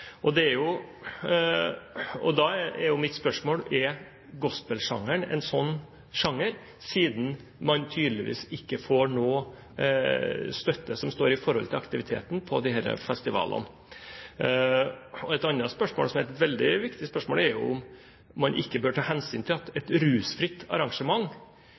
Da er mitt spørsmål: Er gospelsjangeren en slik sjanger, siden man tydeligvis ikke får noe støtte som står i forhold til aktiviteten på disse festivalene? Et annet spørsmål, som er et veldig viktig spørsmål, er om man ikke bør ta hensyn til at et rusfritt arrangement